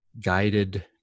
guided